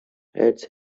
hats